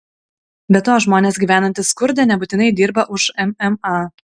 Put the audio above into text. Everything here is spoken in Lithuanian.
be to žmonės gyvenantys skurde nebūtinai dirba už mma